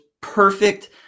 perfect